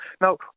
Now